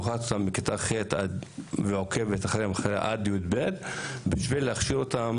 לוקחת אותם בכיתה ח' ועוקבת אחריהם עד י"ב בשביל להכשיר אותם